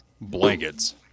blankets